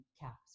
caps